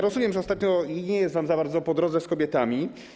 Rozumiem, że ostatnio nie jest wam za bardzo po drodze z kobietami.